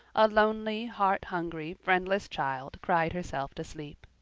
a lonely, heart-hungry, friendless child cried herself to sleep.